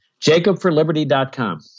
JacobForLiberty.com